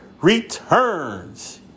returns